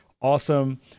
awesome